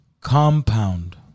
Compound